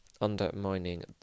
undermining